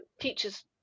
teachers